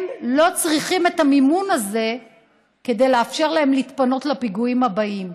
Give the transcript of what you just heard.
הם לא צריכים את המימון הזה כדי לאפשר להם להתפנות לפיגועים הבאים.